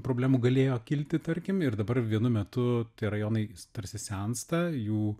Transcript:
problemų galėjo kilti tarkim ir dabar vienu metu tie rajonai tarsi sensta jų